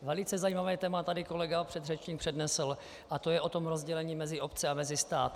Velice zajímavé téma tady kolega předřečník přednesl a to je o tom rozdělení mezi obce a mezi stát.